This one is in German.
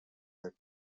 halb